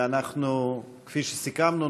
וכפי שסיכמנו,